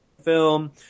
film